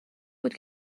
بود